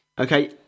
okay